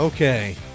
Okay